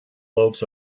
loaves